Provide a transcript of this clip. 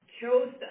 chose